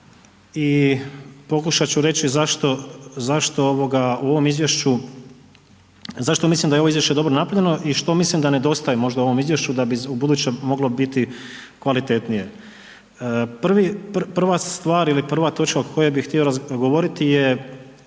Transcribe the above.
u ovom izvješću, zašto mislim da je ovo izvješće dobro napravljeno i što mislim da nedostaje možda ovom izvješću da bi u buduće moglo biti kvalitetnije. Prva stvar ili prva točka o kojoj bi htio govoriti je